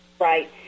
Right